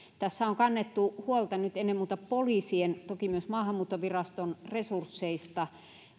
tässä on kannettu huolta nyt ennen muuta poliisien toki myös maahanmuuttoviraston resursseista